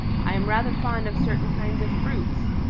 i am rather fond of certain kinds of fruits.